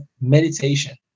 meditation